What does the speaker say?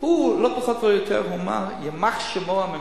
הוא לא פחות ולא יותר אמר: "יימח שמו הממשלה".